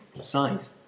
size